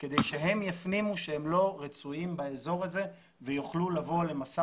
כדי שהם יפנימו שהם לא רצויים באזור הזה ויוכלו לבוא למשא